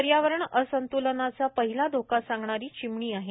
पर्यावरण असंत्लनाचा पहिला धोका सांगणारी चिमणी आहे